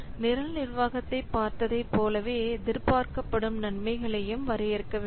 நிரல் நிர்வாகத்தைப் பார்த்ததைப் போலவே எதிர்பார்க்கப்படும் நன்மைகளையும் வரையறுக்க வேண்டும்